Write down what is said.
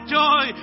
joy